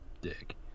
dick